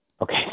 Okay